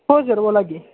हो सर बोला की